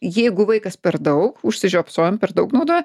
jeigu vaikas per daug užsižiopsojom per daug naudojo